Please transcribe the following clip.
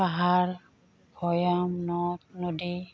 পাহাৰ ভৈয়াম নদ নদী